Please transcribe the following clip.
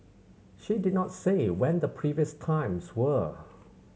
she did not say when the previous times were